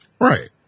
Right